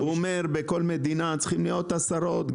הוא אומר שבכל מדינה צריכות להיות עשרות.